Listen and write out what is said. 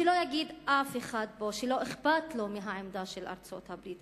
שלא יגיד אף אחד פה שלא אכפת לו מהעמדה של ארצות-הברית,